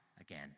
again